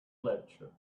lecture